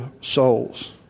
souls